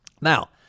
Now